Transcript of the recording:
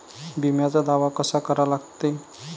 बिम्याचा दावा कसा करा लागते?